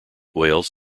wales